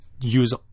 use